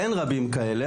אין רבים כאלה,